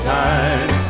time